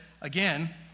again